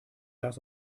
das